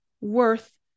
worth